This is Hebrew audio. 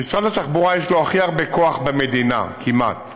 למשרד התחבורה יש הכי הרבה כוח במדינה, כמעט.